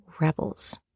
rebels